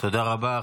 תודה רבה.